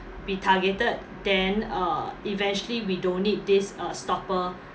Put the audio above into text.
be targeted then uh eventually we don't need this uh stopper